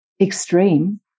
extreme